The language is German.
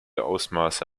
ausmaße